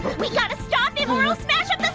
we gotta stop him or he'll smash up